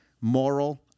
moral